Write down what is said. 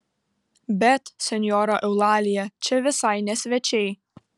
bet senjora eulalija čia visai ne svečiai